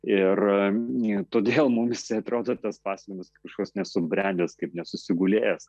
ir todėl mums jisai atrodo tas pasakojimas kažkoks nesubrendęs kaip nesusigulėjęs